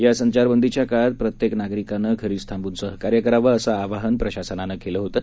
या संचारबंदीच्या काळात प्रत्येक नागरिकानं घरीच थांबून सहकार्य करावं असं आवाहन प्रशासनानं केलं होतं